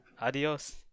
Adios